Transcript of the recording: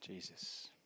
Jesus